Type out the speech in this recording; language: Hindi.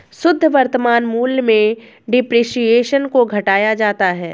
शुद्ध वर्तमान मूल्य में डेप्रिसिएशन को घटाया जाता है